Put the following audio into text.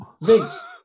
Vince